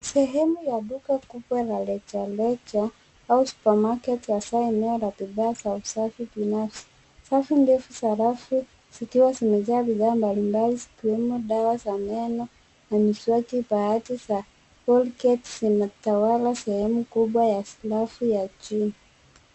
Sehemu ya duka kubwa la rejareja, au supermarket hasa eneo la usafi binafsi. Safu ndefu za rafu zikiwa zimejaa bidhaa mbalimbali zikiwemo dawa za meno na miswaki, baadhi za colgate zinatawala sehemu kubwa ya rafu ya chini.